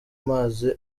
mazi